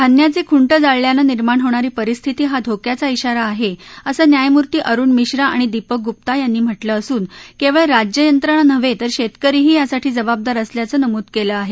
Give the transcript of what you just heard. पिकांचे खुं जाळल्यानं निर्माण होणारी परिस्थिती हा धोक्याचा इशारा आहे असं न्यायमूर्ती अरूण मिश्रा आणि न्यायमूर्ती दीपक गुप्ता यांनी म्हा झिं असून केवळ राज्य यंत्रणा नव्हे तर शेतकरीही यासाठी जबाबदार असल्याचं नमूद केलं आहे